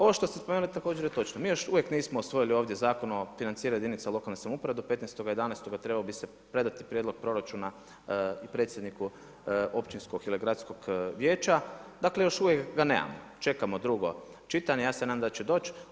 Ovo što ste spomenuli također je točno, mi još uvijek nismo usvojili Zakon o financiranju jedinica lokalne samouprave do 15.11. trebao bi se predati prijedlog proračuna predsjedniku općinskog ili gradskog vijeća, dakle još uvijek ga nemamo, čekamo drugo čitanje ja se nadam da će doć.